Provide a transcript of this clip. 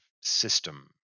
system